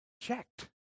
checked